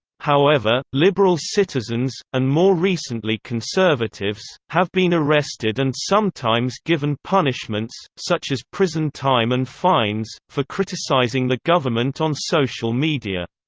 however, liberal citizens, and more recently conservatives, have been arrested and sometimes given punishments, such as prison time and fines, for criticizing the government on social media.